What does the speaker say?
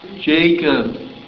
Jacob